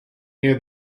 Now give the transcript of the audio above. near